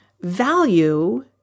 value